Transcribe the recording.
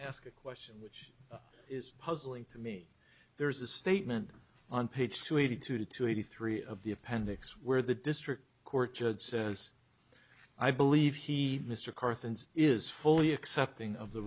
ask a question which is puzzling to me there is a statement on page two eighty two to eighty three of the appendix where the district court judge says i believe he mr carson's is fully accepting of the